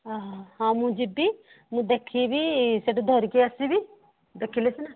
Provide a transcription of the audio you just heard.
ମୁଁ ଯିବି ମୁଁ ଦେଖିବି ସେଠୁ ଧରିକି ଆସିବି ଦେଖିଲେ ସିନା